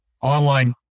online